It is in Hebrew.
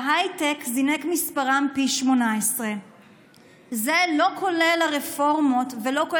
בהייטק זינק מספרם פי 18. זה לא כל הרפורמות ולא כל